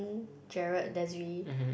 Jared Desiree